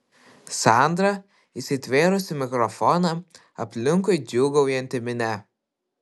sandra įsitvėrusi mikrofoną aplinkui džiūgaujanti minia